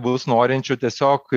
bus norinčių tiesiog